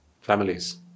families